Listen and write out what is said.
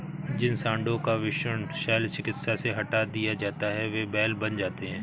जिन साँडों का वृषण शल्य चिकित्सा से हटा दिया जाता है वे बैल बन जाते हैं